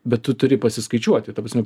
bet tu turi pasiskaičiuoti ta prasme